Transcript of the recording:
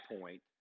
point